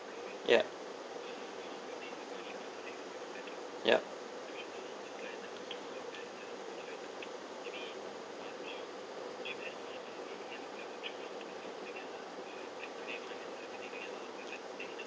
yeah yeah